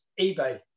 eBay